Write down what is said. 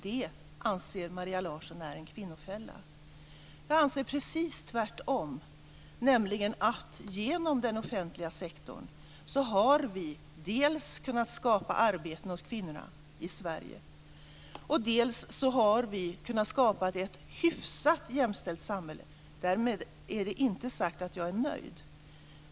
Det anser Maria Larsson är en kvinnofälla. Jag menar att det är precis tvärtom. Genom den offentliga sektorn har vi kunnat skapa arbeten åt kvinnorna i Sverige och ett hyfsat jämställt samhälle. Därmed inte sagt att jag är nöjd.